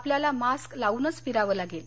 आपल्याला मास्क लावूनच फिरावं लागेल